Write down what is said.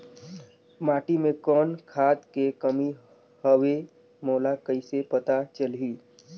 माटी मे कौन खाद के कमी हवे मोला कइसे पता चलही?